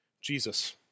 Jesus